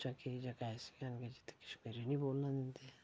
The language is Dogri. जां केईं जगह् ऐसियां हैन कि जित्थें कश्मीरी नी बोलन दिंदे